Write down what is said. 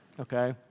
Okay